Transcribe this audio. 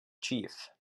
chief